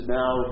now